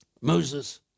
Moses